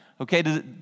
Okay